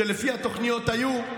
שלפי התוכניות היו,